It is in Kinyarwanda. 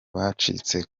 bacitse